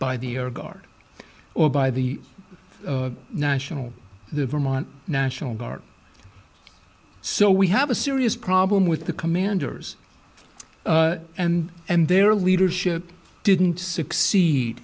by the or guard or by the national the vermont national guard so we have a serious problem with the commanders and their leadership didn't succeed